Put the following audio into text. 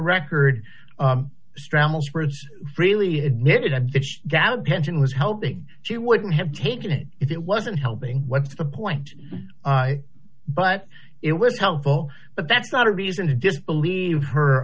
words freely admitted and it's doubt pension was helping she wouldn't have taken it if it wasn't helping what's the point but it was helpful but that's not a reason to disbelieve her